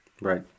Right